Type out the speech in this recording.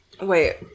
Wait